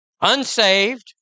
unsaved